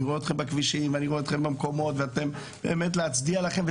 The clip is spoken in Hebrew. אני רואה אתכם בכבישים ובאמת צריך להצדיע לכם.